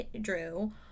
drew